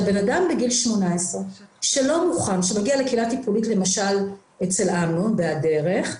בן-אדם בגיל 18 שמגיע לקהילה טיפולית למשל אצל אמנון ב"הדרך"